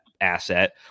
asset